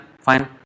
fine